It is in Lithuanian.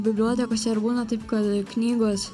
bibliotekose ar būna taip kad knygos